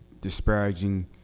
disparaging